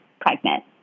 pregnant